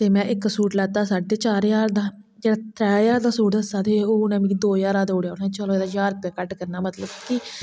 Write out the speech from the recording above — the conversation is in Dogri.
ते फ्ही में इक सूट लैता साढे चार ज्हार दा जेहड़ा त्रै ज्हार दा सूट दस्सा दे हे ओह् मिगी दो ज्हार दा देई ओड़ेआ मिगी में चलो एहदा ज्हार रुपया घट्ट करना मतलब कि